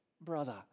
brother